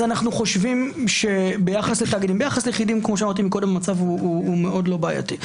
ביחס ליחידים המצב הוא לא בעייתי,